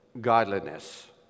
godliness